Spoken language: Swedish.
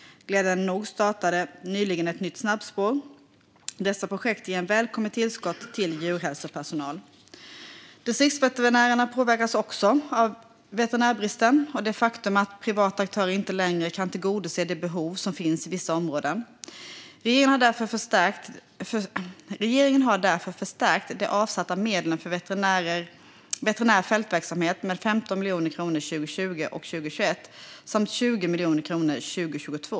Glädjande nog startade nyligen ett nytt snabbspår. Dessa projekt ger ett välkommet tillskott av djurhälsopersonal. Distriktsveterinärerna påverkas också av veterinärbristen och det faktum att privata aktörer inte längre kan tillgodose de behov som finns i vissa områden. Regeringen har därför förstärkt de avsatta medlen för veterinär fältverksamhet med 15 miljoner kronor 2020 och 2021 samt 20 miljoner kronor 2022.